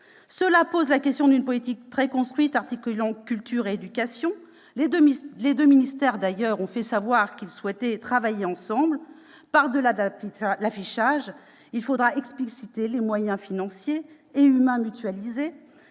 Cela pose la question d'une politique très construite articulant la culture et l'éducation. Les deux ministères ont d'ailleurs fait savoir qu'ils souhaitaient travailler ensemble. Par-delà l'affichage, il faudra expliciter quels moyens financiers et humains seront mutualisés